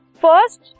first